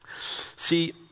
See